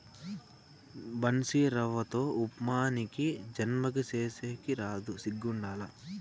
బన్సీరవ్వతో ఉప్మా నీకీ జన్మకి సేసేకి రాదు సిగ్గుండాల